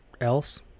else